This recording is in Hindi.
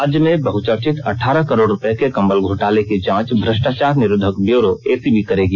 राज्य में बहचर्चित अठारह करोड़ रूपये के कंबल घोटाले की जांच भ्रष्टाचार निरोधक ब्यूरो एसीबी करेगी